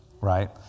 right